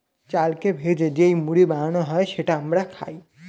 চালকে ভেজে যেই মুড়ি বানানো হয় সেটা আমরা খাই